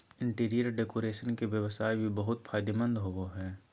interior decoration के व्यवसाय भी बहुत फायदेमंद होबो हइ